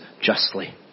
justly